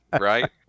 right